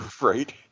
right